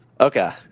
Okay